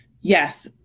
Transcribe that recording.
Yes